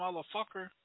motherfucker